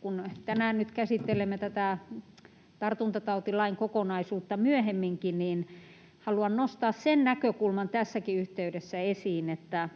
kun tänään nyt käsittelemme tätä tartuntatautilain kokonaisuutta myöhemminkin, niin haluan nostaa sen näkökulman tässäkin yhteydessä esiin, että